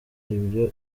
ibyo